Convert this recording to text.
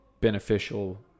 beneficial